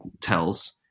tells